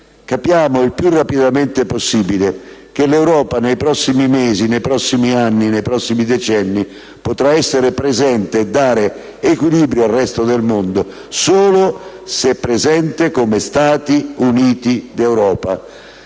capiamo il più rapidamente possibile che l'Europa, nei prossimi mesi, nei prossimi anni e nei prossimi decenni, potrà essere presente e dare equilibrio al resto del mondo, solo se è presente come Stati Uniti d'Europa.